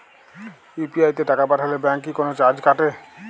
UPI তে টাকা পাঠালে ব্যাংক কি কোনো চার্জ কাটে?